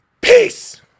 Peace